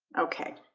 okay